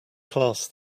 class